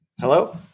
Hello